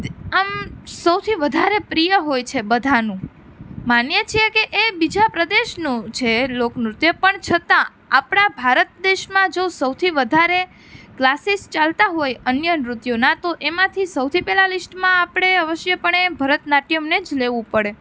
આમ સૌથી વધારે પ્રિય હોય છે બધાનું માન્ય છે કે એ બીજા પ્રદેશનું છે લોકનૃત્ય પણ છતાં આપણા ભારત દેશમાં જો સૌથી વધારે ક્લાસીસ ચાલતા હોય અન્ય નૃત્યોના તો એમાંથી સૌથી પહેલાં લીસ્ટમાં આપડે અવશ્યપણે ભરતનાટ્યમને જ લેવું પડે